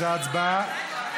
סבבה.